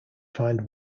find